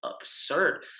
absurd